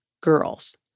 girls